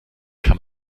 kann